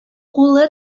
кулы